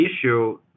issue